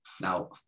Now